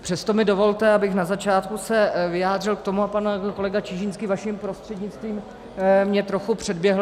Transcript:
Přesto mi dovolte, abych se na začátku vyjádřil k tomu a pan kolega Čižinský vaším prostřednictvím mě trochu předběhl.